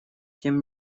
тем